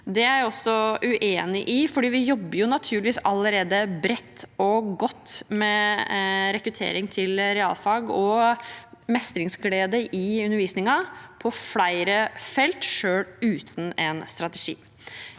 Det er jeg også uenig i, for vi jobber naturligvis allerede bredt og godt med rekruttering til realfag og mestringsglede i undervisningen på flere felt, selv uten en strategi.